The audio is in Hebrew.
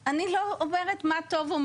אני לא מייצג את המועצה הציבורית פה,